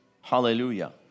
hallelujah